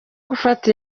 gufata